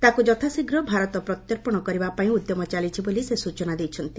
ତାକୁ ଯଥାଶୀଘ୍ର ଭାରତ ପ୍ରତ୍ୟର୍ପଣ କରିବା ପାଇଁ ଉଦ୍ୟମ ଚାଲିଛି ବୋଲି ସେ ସ୍ତଚନା ଦେଇଛନ୍ତି